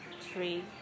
three